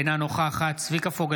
אינה נוכחת צביקה פוגל,